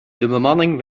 bemanning